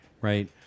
Right